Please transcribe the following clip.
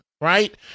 right